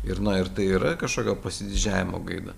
ir na ir tai yra kažkokio pasididžiavimo gaida